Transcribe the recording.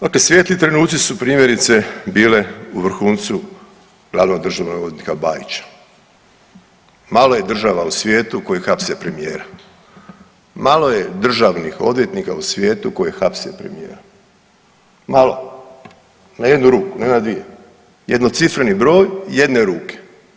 Dakle, svijetli trenuci su primjerice bile u vrhuncu glavnog državnog odvjetnika Bajića, malo je država u svijetu koji hapse premijera, malo je državnih odvjetnika u svijetu koji hapse premijera, malo, na jednu ruku, ne na dvije, jednocifreni broj jedne ruke.